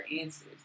answers